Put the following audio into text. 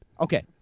Okay